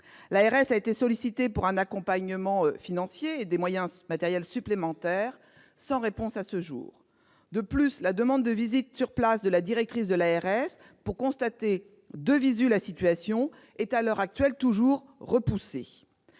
L'ARS a été sollicitée pour un accompagnement financier et des moyens matériels supplémentaires, sans réponse à ce jour. De plus, la demande de visite sur place de la directrice de l'ARS pour constater la situation est à l'heure actuelle toujours repoussée.